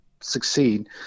succeed